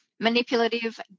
Manipulative